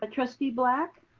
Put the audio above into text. ah trustee black.